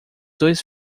dois